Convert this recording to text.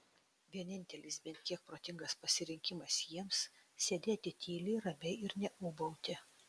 vienintelis bent kiek protingas pasirinkimas jiems sėdėti tyliai ramiai ir neūbauti